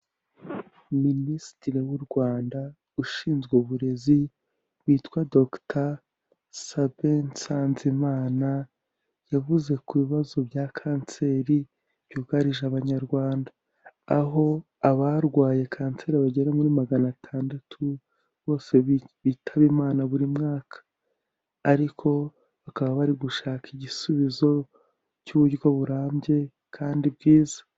Minisitiri w'u Rwanda ushinzwe uburezi witwa Dr. Sabin Nsanzimana yavuze ku bibazo bya kanseri byugarije abanyarwanda. Aho abarwaye kanseri bagera muri magana atandatu bose bitaba Imana buri mwaka ariko bakaba bari gushaka igisubizo cy'uburyo burambye kandi bwiza.